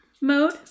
mode